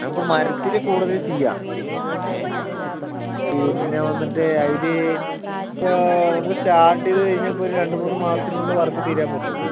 നമുക്ക് മരത്തില് കൂടുതൽ ചെയ്യാം ഏ പിന്നെ വന്നിട്ട് അതിൽ ഇപ്പോൾ നമുക്ക് സ്റ്റാർട്ട് ചെയ്തു കഴിഞ്ഞാൽ ഇപ്പോൾ ഒരു രണ്ടു മൂന്നു മാസത്തിനുള്ളിൽ വർക്ക് തീരാൻ പറ്റുമോ